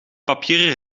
papieren